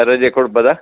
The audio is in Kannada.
ರಜೆ ಕೊಡ್ಬೋದಾ